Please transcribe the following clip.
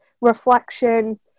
reflection